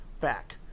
back